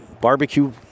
barbecue